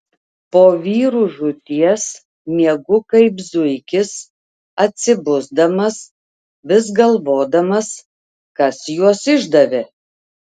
po vyrų žūties miegu kaip zuikis atsibusdamas vis galvodamas kas juos išdavė